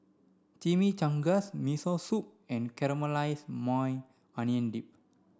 Chimichangas Miso Soup and Caramelized Maui Onion Dip